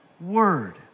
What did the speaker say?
word